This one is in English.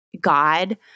God